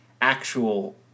actual